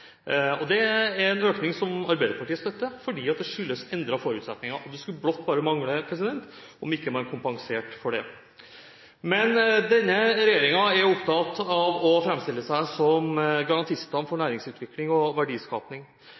øker. Det er en økning som Arbeiderpartiet støtter, fordi det skyldes endrede forutsetninger, og det skulle bare mangle at man ikke kompenserte for det. Men denne regjeringen er opptatt av å framstille seg som garantistene for næringsutvikling og verdiskaping.